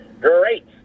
great